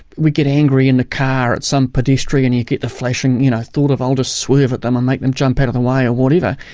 we get angry in the car at some pedestrian, you get the flashing, you know thought of, i'll just swerve at them and make them jump out of the way, or whatever.